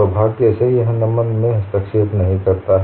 सौभाग्य से यह नमन में हस्तक्षेप नहीं करता है